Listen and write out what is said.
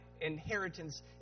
inheritance